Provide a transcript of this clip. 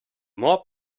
more